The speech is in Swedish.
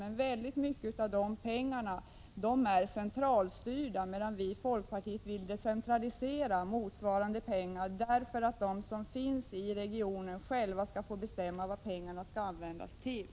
Men mycket av de pengarna är centralstyrda, medan vi i folkpartiet vill decentralisera motsvarande pengar för att människorna i regionen själva skall få bestämma vad pengarna skall användas till.